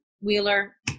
Wheeler